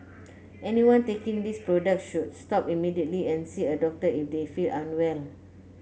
anyone taking these products should stop immediately and see a doctor if they feel unwell